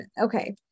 Okay